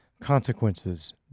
consequences